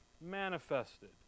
manifested